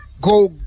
Go